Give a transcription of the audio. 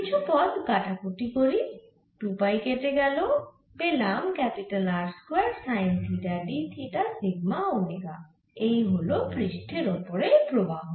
কিছু পদ কাটাকুটি করি 2 পাই কেটে গেল পেলাম R square sine theta d theta sigma omega এই হল পৃষ্ঠের ওপরে প্রবাহ